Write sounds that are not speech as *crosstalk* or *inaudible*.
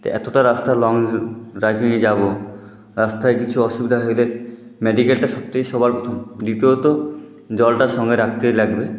তো এতটা রাস্তা লং *unintelligible* ড্রাইভিংয়ে যাব রাস্তায় কিছু অসুবিধা হলে মেডিকেলটা সব থেকে সবার প্রথম দ্বিতীয়ত জলটা সঙ্গে রাখতেই লাগবে